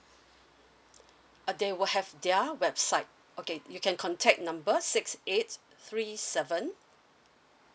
uh they will have their website okay you can contact numbers six eight three seven